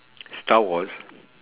star wars